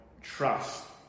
trust